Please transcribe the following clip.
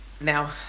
now